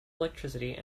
electricity